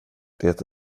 det